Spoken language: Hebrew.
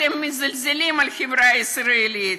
אתם מזלזלים בחברה הישראלית.